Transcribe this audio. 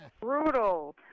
brutal